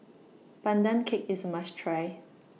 Pandan Cake IS A must Try